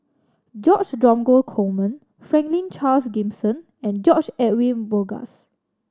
George Dromgold Coleman Franklin Charles Gimson and George Edwin Bogaars